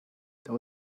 there